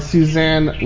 Suzanne